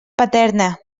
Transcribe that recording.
paterna